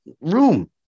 room